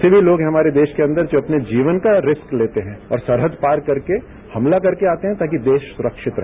समी लोग हमारे देश के अंदर अपने जीवन का रिस्क लेते है और सरहद पार करके हमला करके आते है ताकि देश सुरक्षित रहे